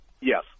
Yes